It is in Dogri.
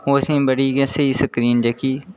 ओह् असेंगी बड़ी गै स्हेई स्क्रीन जेह्की